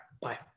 bye